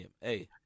Hey